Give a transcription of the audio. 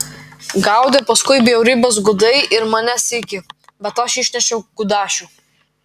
gaudė paskui bjaurybės gudai ir mane sykį bet aš išnešiau kudašių